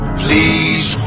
please